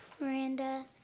Miranda